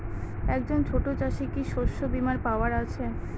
একজন ছোট চাষি কি শস্যবিমার পাওয়ার আছে?